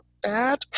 bad